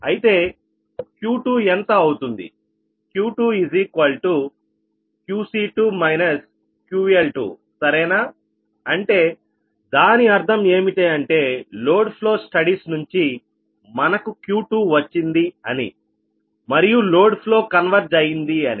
అయితే Q2 ఎంత అవుతుంది Q2QC2 QL2సరేనా అంటే దాని అర్థం ఏమిటి అంటే లోడ్ ఫ్లో స్టడీస్ నుంచి మనకు Q2వచ్చింది అని మరియు లోడ్ ఫ్లో కన్వెర్జ్ అయింది అని